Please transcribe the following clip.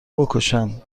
بکشند